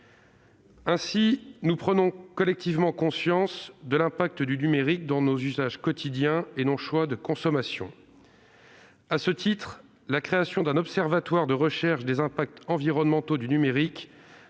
Ainsi, nous prenons collectivement conscience de l'impact du numérique dans nos usages quotidiens et nos choix de consommation. À ce titre, la création d'un observatoire de recherche des impacts environnementaux du numérique